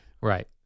Right